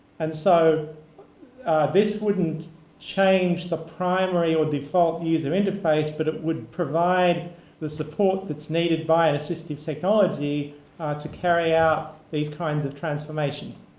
and so this wouldn't change the primary or default user interface but would provide the support that's needed by an assistive technology to carry out these kinds of transformations.